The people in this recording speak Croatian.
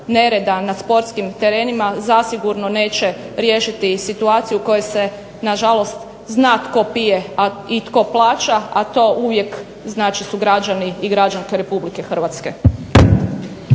na sportskim terenima zasigurno neće riješiti i situaciju u kojoj se na žalost zna tko pije i tko plaća, a to uvijek znači su građani i građanke Republike Hrvatske.